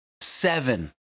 Seven